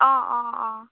অঁ অঁ অঁ